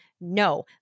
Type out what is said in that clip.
No